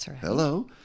hello